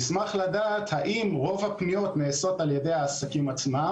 נשמח לדעת האם רוב הפניות נעשות על ידי העסקים עצמם